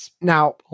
Now